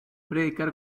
predicar